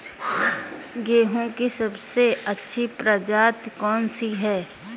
गेहूँ की सबसे अच्छी प्रजाति कौन सी है?